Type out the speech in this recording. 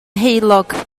heulog